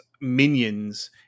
minions